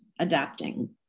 adapting